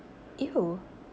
!eww!